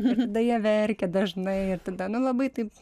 ir tada jie verkia dažnai ir tada nu labai taip